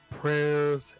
prayers